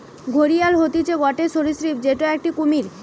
ঘড়িয়াল হতিছে গটে সরীসৃপ যেটো একটি কুমির